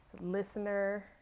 listener-